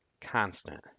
Constant